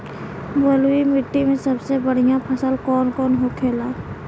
बलुई मिट्टी में सबसे बढ़ियां फसल कौन कौन होखेला?